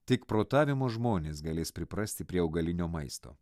tik protavimo žmonės galės priprasti prie augalinio maisto